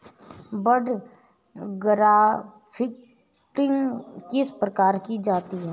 बड grafting किस प्रकार की जाती है?